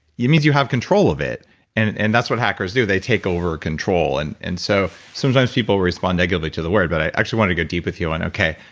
means you have control of it and it and that's what hackers do, they take over control and and so sometimes people respond negatively to the word but i actually wanna go deep with you on okay,